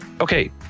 Okay